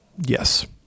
Yes